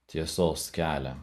tiesos kelią